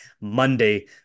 Monday